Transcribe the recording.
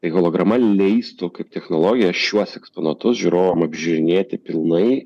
tai holograma leistų kaip technologija šiuos eksponatus žiūrovam apžiūrinėti pilnai